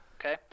Okay